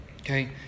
Okay